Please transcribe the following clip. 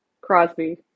Crosby